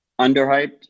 underhyped